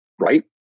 right